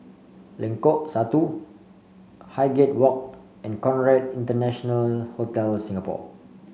Lengkok Satu Highgate Walk and Conrad International Hotel Singapore